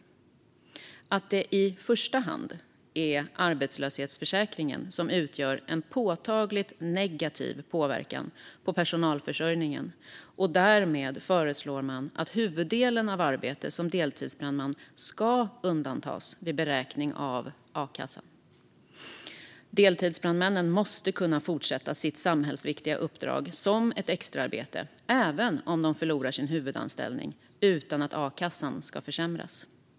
Man menar också i utredningen att det i första hand är arbetslöshetsförsäkringen som utgör en påtaglig negativ påverkan på personalförsörjningen, och därmed föreslår man att huvuddelen av arbete som deltidsbrandman ska undantas vid beräkning av a-kassa. Deltidsbrandmännen måste kunna fortsätta sitt samhällsviktiga uppdrag som ett extraarbete även om de förlorar sin huvudanställning utan att a-kassan ska försämras.